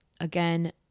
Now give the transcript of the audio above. again